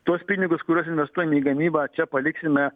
tuos pinigus kuriuos investuojam į gamybą čia paliksime